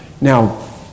Now